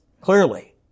Clearly